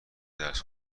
درس